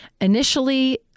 initially